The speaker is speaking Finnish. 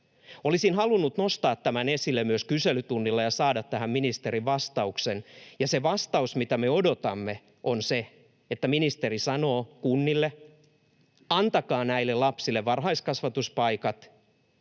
Olisin halunnut nostaa tämän esille myös kyselytunnilla ja saada tähän ministerin vastauksen. Se vastaus, mitä me odotamme, on se, että ministeri sanoo kunnille: antakaa näille lapsille varhaiskasvatuspaikat,